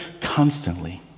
constantly